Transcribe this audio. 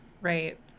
right